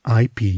IP